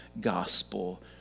gospel